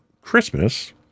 Christmas